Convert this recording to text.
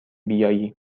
بیایی